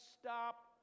stop